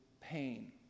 pain